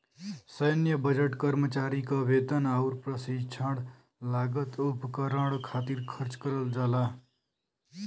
सैन्य बजट कर्मचारी क वेतन आउर प्रशिक्षण लागत उपकरण खातिर खर्च करल जाला